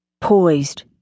Poised